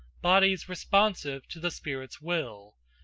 bodies responsive to the spirit's will,